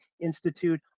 Institute